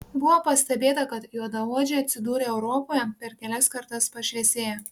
buvo pastebėta kad juodaodžiai atsidūrę europoje per kelias kartas pašviesėja